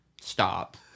stop